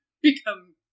become